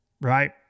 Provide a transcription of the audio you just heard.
Right